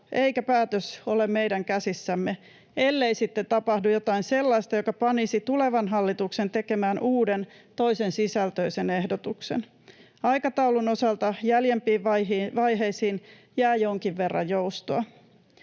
eikä päätös ole meidän käsissämme, ellei sitten tapahdu jotain sellaista, joka panisi tulevan hallituksen tekemään uuden, toisensisältöisen ehdotuksen. Aikataulun osalta jäljempiin vaiheisiin jää jonkin verran joustoa.